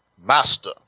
master